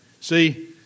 See